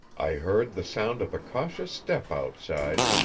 i heard the sound of a cautious step outside.